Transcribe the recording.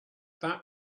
that